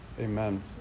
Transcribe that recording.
amen